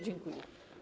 Dziękuję.